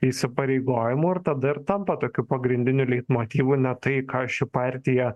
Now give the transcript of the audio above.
įsipareigojimų ir tada ir tampa tokiu pagrindiniu leitmotyvu ne tai ką ši partija